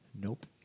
Nope